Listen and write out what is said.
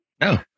No